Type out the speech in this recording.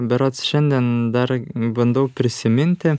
berods šiandien dar bandau prisiminti